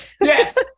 Yes